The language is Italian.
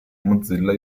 mozilla